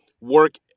work